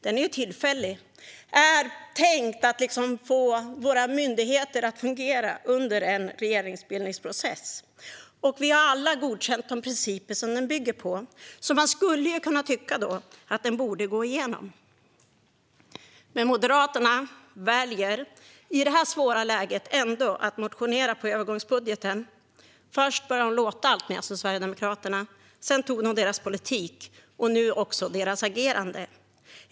Den är ju tillfällig och tänkt att få våra myndigheter att fungera under en regeringsbildningsprocess. Vi har alla godkänt de principer som den bygger på, så man skulle kunna tycka att den borde gå igenom. Moderaterna väljer ändå i detta svåra läge att motionera på övergångsbudgeten. Först började de låta alltmer som Sverigedemokraterna, sedan tog de deras politik och nu också deras agerande.